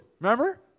Remember